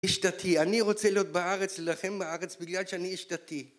איש דתי אני רוצה להיות בארץ להלחם בארץ בגלל שאני איש דתי